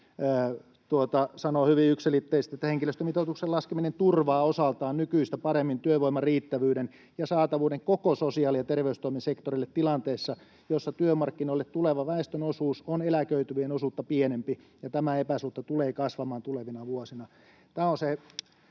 sanoi hyvin yksiselitteisesti: ”Henkilöstömitoituksen laskeminen turvaa osaltaan nykyistä paremmin työvoiman riittävyyden ja saatavuuden koko sosiaali- ja terveystoimen sektorille tilanteessa, jossa työmarkkinoille tulevan väestön osuus on eläköityvien osuutta pienempi, ja tämä epäsuhta tulee kasvamaan tulevina vuosina.”